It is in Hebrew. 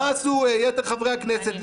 מה עשו יתר חברי הכנסת,